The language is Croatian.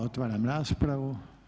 Otvaram raspravu.